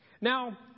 Now